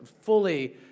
fully